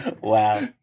Wow